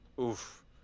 Oof